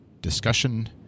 discussion